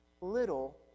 Little